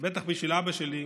ובטח בשביל אבא שלי,